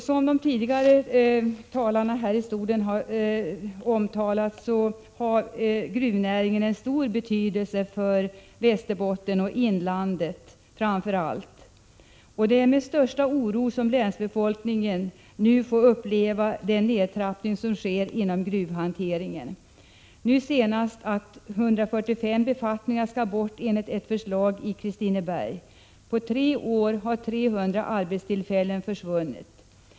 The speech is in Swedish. Som de föregående talarna har sagt har gruvnäringen en stor betydelse för Västerbotten, framför allt för inlandet. Det är med största oro som länsbefolkningen nu upplever den nedtrappning som sker inom gruvhanteringen. Det senaste är att 145 befattningar skall bort i Kristineberg enligt ett förslag. På tre år har 300 arbetstillfällen försvunnit.